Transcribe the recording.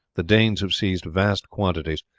the danes have seized vast quantities,